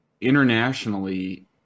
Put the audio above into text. internationally